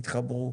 תתחברו",